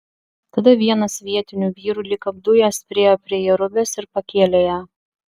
tada vienas vietinių vyrų lyg apdujęs priėjo prie jerubės ir pakėlė ją